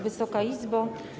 Wysoka Izbo!